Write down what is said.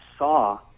saw